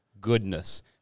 goodness